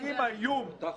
ירקוני,